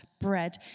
bread